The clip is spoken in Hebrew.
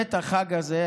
באמת החג הזה,